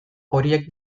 horiek